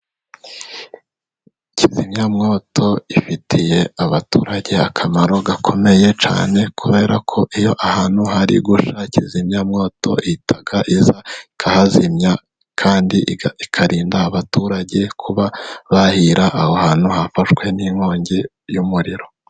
Kizimyamwoto ifitiye abaturage akamaro gakomeye cyane, kubera ko iyo ahantu hari gushya kirazimyamwoto ihita iza ikahazimya, kandi ikarinda abaturage kuba bahira aho hantu hafashwe n'inkongi y'umuriro.